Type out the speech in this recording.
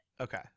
Okay